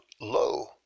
low